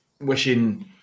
wishing